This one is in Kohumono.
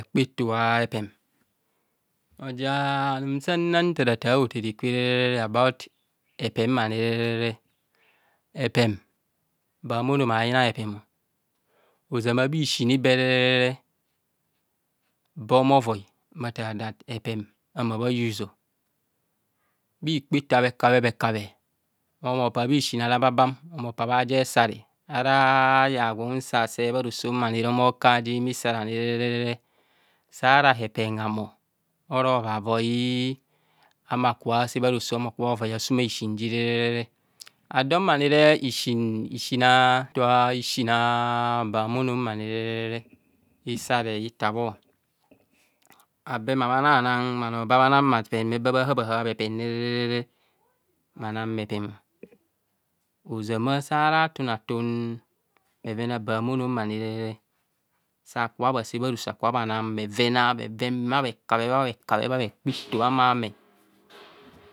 Hekpa e to a hepem. Ozama sana ntharathaa hothene kwene about hepem mani, rere re hepom ba- humono ma baying hepem ozama bha isiin ibe re re he be hamathar nta ara hepem hama bha use. Bha bhe kpa ito hekabde hekabhe ohumo opa bha isiin a rababa, ohumo osa ba bha ja he sare. Ara aya gwe unse bharo so nere ohumo oka ja isare ani re re re. Saara hepom a humobe homo vri a humo aa kubha ɛse bharoso. ahumo sasumu ji nee. Ado ma isiin a ab humono isare ithabho. Ozama abe ma bhanang bhano bha bhanang hepem re re re bha hab bepem. Athunatun bheven a ba abhahumono sa bhakubho bhese bharoso bhanang bheven bhaekabhe bhaekabhe about bce a humono.